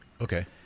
okay